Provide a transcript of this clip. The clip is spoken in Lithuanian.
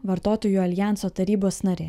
vartotojų aljanso tarybos narė